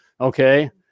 Okay